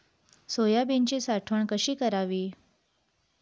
सोयाबीनची साठवण कशी करावी?